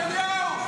יוראי.